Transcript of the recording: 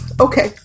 Okay